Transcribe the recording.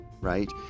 right